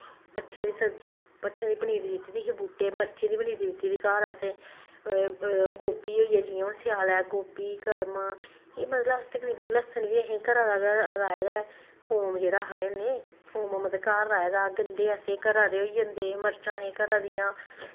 भट्ठें दी सब्जी भट्ठें दी पनीरी दित्ती दी ही बूह्टे मरचें दी पनीरी दिती दी घर असें गोबी होई गेआ जि'यां हून स्याले गोबी कड़म एह् मतलब अस तकरीबन लस्सन बी असें घरा दा गै राहे दा ऐ थोम जेह्ड़ा आखने होन्ने थोम मतलब घर राए दा गंढे असें घरा दे होई जंदे मरचां असें घरा दियां